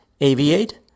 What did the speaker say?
Aviate